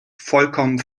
vollkommen